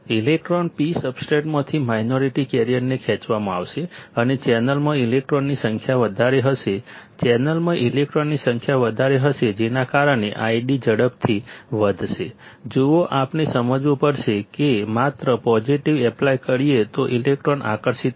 electron P સબસ્ટ્રેટમાંથી minority કેરિયર્સને ખેંચવામાં આવશે અને ચેનલમાં ઇલેક્ટ્રોનની સંખ્યા વધારે હશે ચેનલમાં ઇલેક્ટ્રોનની સંખ્યા વધારે હશે જેના કારણે ID ઝડપથી વધશે જુઓ આપણે સમજવું પડશે કે માત્ર પોઝિટિવ એપ્લાય કરીએ તો ઇલેક્ટ્રોન આકર્ષિત થશે